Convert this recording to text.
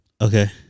Okay